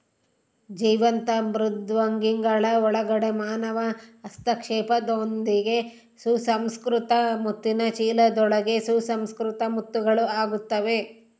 ಜೀವಂತ ಮೃದ್ವಂಗಿಗಳ ಒಳಗಡೆ ಮಾನವ ಹಸ್ತಕ್ಷೇಪದೊಂದಿಗೆ ಸುಸಂಸ್ಕೃತ ಮುತ್ತಿನ ಚೀಲದೊಳಗೆ ಸುಸಂಸ್ಕೃತ ಮುತ್ತುಗಳು ಆಗುತ್ತವೆ